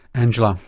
angela,